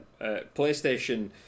playstation